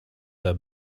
their